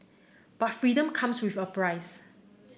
but freedom comes with a price